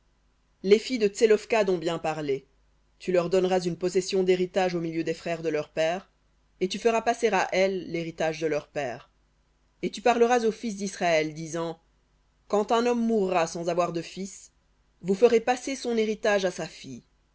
les filles de tselophkhad ont bien parlé tu leur donneras une possession d'héritage au milieu des frères de leur père et tu feras passer à elles l'héritage de leur père et tu parleras aux fils d'israël disant quand un homme mourra sans avoir de fils vous ferez passer son héritage à sa fille